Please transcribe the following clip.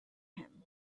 him